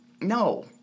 no